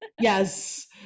yes